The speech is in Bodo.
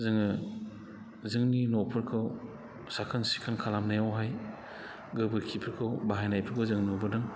जोङो जोंनि न'फोरखौ साखोन सिखोन खालामनायावहाय गोरबोरखिफोरखौ बाहायनायफोरखौ जों नुबोदों